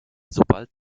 sobald